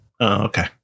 okay